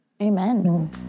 Amen